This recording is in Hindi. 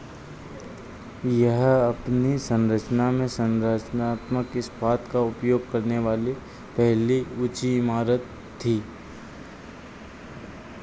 यह अपनी संरचना में संरचनात्मक इस्पात का उपयोग करने वाली पहली ऊँची इमारत थी